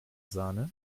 sahne